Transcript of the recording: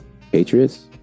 Patriots